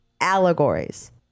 allegories